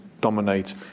dominate